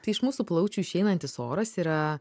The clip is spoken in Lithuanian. tai iš mūsų plaučių išeinantis oras yra